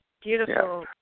Beautiful